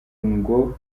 ngo